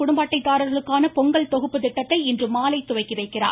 குடும்ப அட்டைதாரர்களுக்கான பொங்கல் தொகுப்பு திட்டத்தை இன்றுமாலை துவக்கிவைக்கிறார்